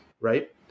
right